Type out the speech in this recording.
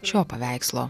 šio paveikslo